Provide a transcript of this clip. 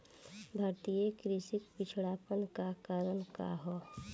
भारतीय कृषि क पिछड़ापन क कारण का ह?